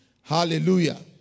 Hallelujah